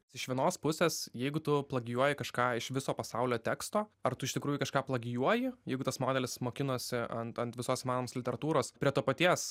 iš vienos pusės jeigu tu plagijuoji kažką iš viso pasaulio teksto ar tu iš tikrųjų kažką plagijuoji jeigu tas modelis mokinosi ant ant visos įmanomos literatūros prie to paties